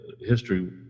History